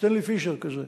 סטנלי פישר כזה.